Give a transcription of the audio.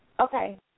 Okay